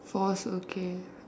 force okay